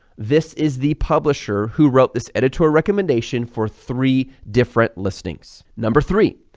this is the publisher who wrote this editorial recommendation for three different listings. number three,